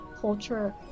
Culture